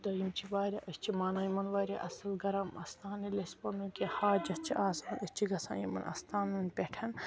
تہٕ یِم چھِ واریاہ أسۍ چھِ مانان یِمن واریاہ اَصٕل گَرم اَستان ییٚلہِ اسہِ پنُن کینٛہہ حاجَت چھُ آسان أسۍ چھِ گَژھان یِمن اَستانن پٮ۪ٹھ